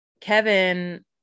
Kevin